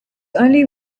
only